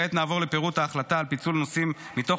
כעת נעבור לפירוט ההחלטה על פיצול נושאים מתוך